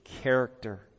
character